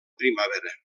primavera